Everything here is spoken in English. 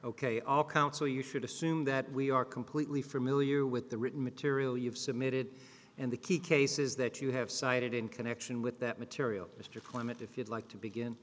ok all counsel you should assume that we are completely familiar with the written material you've submitted and the key cases that you have cited in connection with that material mr clement if you'd like to begin